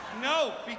no